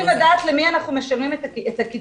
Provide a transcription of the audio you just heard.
רציתי לדעת למי אנחנו משלמים את הקיצבה,